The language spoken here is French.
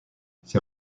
ses